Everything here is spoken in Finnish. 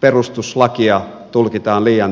perustuslakia tulkitaan liian tiukasti